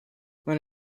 when